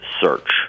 search